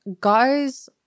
guys